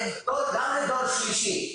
גם לדור שלישי.